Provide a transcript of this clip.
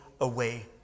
away